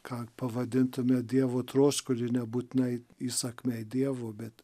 ką pavadintume dievo troškulį nebūtinai įsakmiai dievo bet